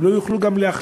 הם לא יוכלו גם להחליף